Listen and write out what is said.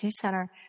Center